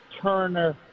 Turner